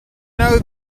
know